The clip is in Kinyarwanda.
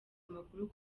amakuru